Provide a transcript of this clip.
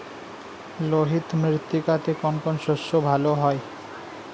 লোহিত মৃত্তিকাতে কোন কোন শস্য ভালো হয়?